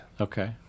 Okay